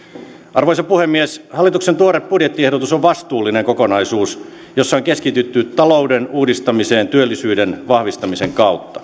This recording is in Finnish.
arvoisa puhemies hallituksen tuore budjettiehdotus on vastuullinen kokonaisuus jossa on keskitytty talouden uudistamiseen työllisyyden vahvistamisen kautta